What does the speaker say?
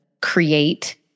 create